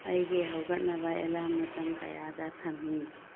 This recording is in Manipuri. ꯑꯩꯒꯤ ꯍꯧꯒꯠꯅꯕ ꯑꯦꯂꯥꯝ ꯃꯇꯝ ꯀꯌꯥꯗ ꯊꯝꯃꯤ